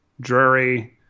Drury